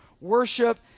worship